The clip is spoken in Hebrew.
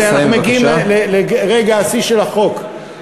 לסיים בבקשה.